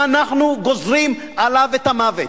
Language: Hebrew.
אנחנו גוזרים עליו את המוות.